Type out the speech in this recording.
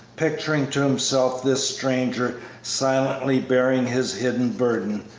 picturing to himself this stranger silently bearing his hidden burden,